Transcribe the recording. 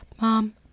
mom